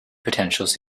potentials